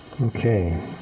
Okay